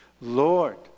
Lord